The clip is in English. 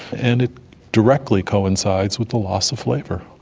and it directly coincides with the loss of flavour.